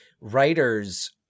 writers